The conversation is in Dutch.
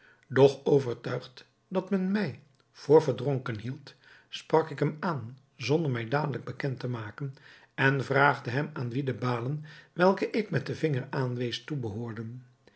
doch overtuigd dat men mij voor verdronken hield sprak ik hem aan zonder mij dadelijk bekend te maken en vraagde hem aan wie de balen welke ik met den vinger aanwees toebehoorden